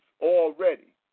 already